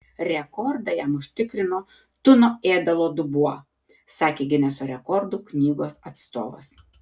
rekordą jam užtikrino tuno ėdalo dubuo sakė gineso rekordų knygos atstovas